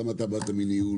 גם אתה באת מניהול,